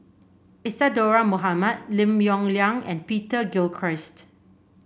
Isadhora Mohamed Lim Yong Liang and Peter Gilchrist